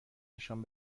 نشان